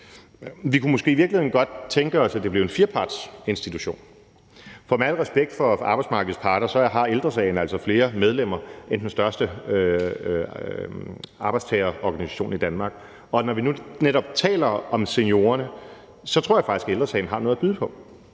Vi kunne måske i virkeligheden godt tænke os, at det blev en firpartsinstitution, for med al respekt for arbejdsmarkedets parter har Ældre Sagen altså flere medlemmer end den største arbejdstagerorganisation i Danmark. Og når vi nu netop taler om seniorerne, tror jeg faktisk, Ældre Sagen har noget at byde på.